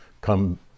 come